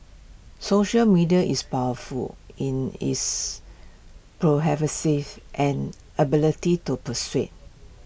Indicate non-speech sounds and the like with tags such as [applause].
social media is powerful in its [unintelligible] and ability to persuade